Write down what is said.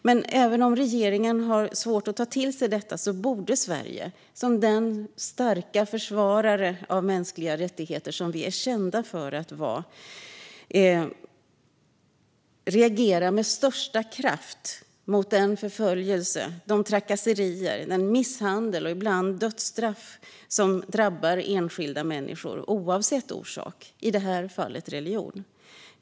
Men även om regeringen har svårt att ta till sig detta så borde Sverige, som den stora försvarare för mänskliga rättigheter vi är kända för att vara, reagera med största kraft mot den förföljelse, de trakasserier, den misshandel och ibland dödsstraff som drabbar enskilda människor oavsett orsak. I det här fallet är det religion.